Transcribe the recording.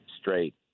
straight